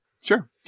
Sure